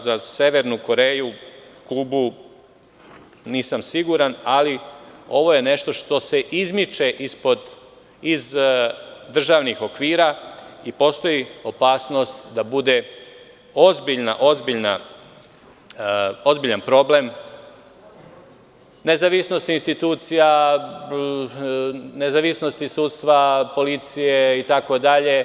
Za Severnu Koreju, Kubu nisam siguran, ali ovo je nešto što se izmiče iz državnih okvira i postoji opasnost da bude ozbiljan problem nezavisnosti institucija, nezavisnosti sudstva, policije itd.